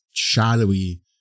shadowy